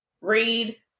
read